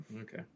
okay